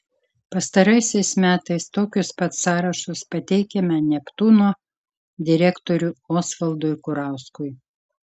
pastaraisiais metais tokius pat sąrašus pateikiame neptūno direktoriui osvaldui kurauskui